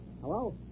Hello